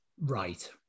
Right